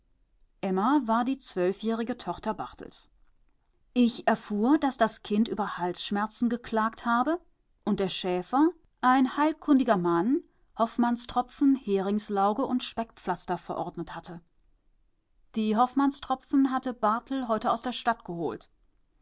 war die zwölfjährige tochter barthels ich erfuhr daß das kind über halsschmerzen geklagt habe und der schäfer ein heilkundiger mann hoffmannstropfen heringslauge und speckpflaster verordnet hatte die hoffmannstropfen hatte barthel heute aus der stadt